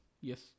Yes